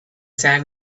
sang